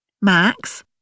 Max